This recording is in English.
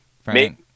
Frank